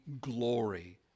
glory